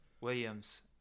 Williams